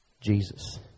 Jesus